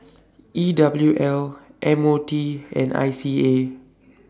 E W L M O T and I C A